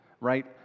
right